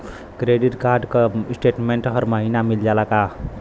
Credit card क statement हर महिना मिल जाला का?